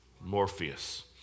Morpheus